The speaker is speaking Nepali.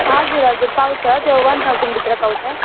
हजुर हजुर पाउँछ त्यो वन थाउजनभित्र पाउँछ